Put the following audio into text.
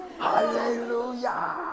Hallelujah